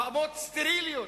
במות סטריליות,